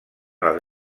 els